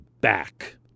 back